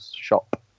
shop